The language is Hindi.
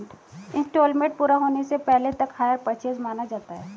इन्सटॉलमेंट पूरा होने से पहले तक हायर परचेस माना जाता है